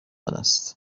است